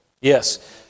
Yes